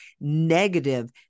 negative